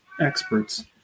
experts